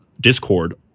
Discord